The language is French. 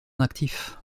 actif